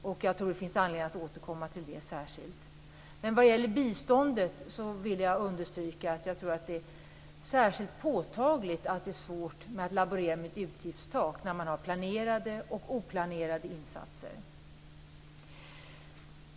Jag tror att det finns anledning att återkomma till detta särskilt. Vad gäller biståndet vill jag understryka att det är påtagligt svårt att laborera med ett utgiftstak när man har planerade och oplanerade insatser.